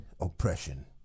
oppression